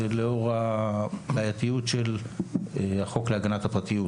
לאור הבעייתיות של החוק להגנת הפרטיות